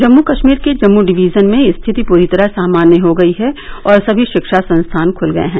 जम्मू कश्मीर के जम्मू डिवीजन में स्थिति पूरी तरह सामान्य हो गई है और सभी शिक्षा संस्थान खुल गये हैं